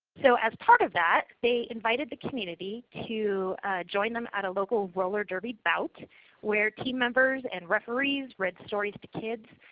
so as part of that they invited the community to join them at a local roller derby bout where team members and referees read stories to kids.